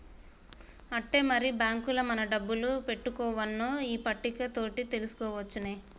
ఆట్టే మరి బాంకుల మన డబ్బులు పెట్టుకోవన్నో ఈ పట్టిక తోటి తెలుసుకోవచ్చునే